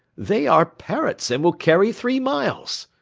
they are parrott's, and will carry three miles.